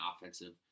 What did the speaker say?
offensive